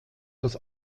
das